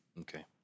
Okay